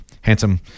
handsome